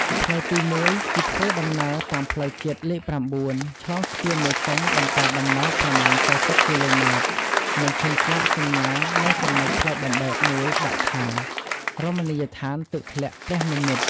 ផ្លូវទី១ គឺធ្វើដំណើរតាមផ្លូវជាតិលេខ៩ ឆ្លងស្ពានមេគង្គបន្តដំណើរ ប្រមាណ៤០គីឡូម៉ែត្រ នឹងឃើញស្លាកសញ្ញា នៅចំណុចផ្លូវបំបែកមួយដាក់ថា “រមណីយដ្ឋានទឹកធ្លាក់ព្រះនិមិ្មត” ។